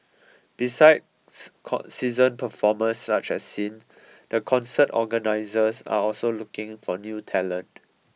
besides called seasoned performers such as Sin the concert organisers are also looking for new talent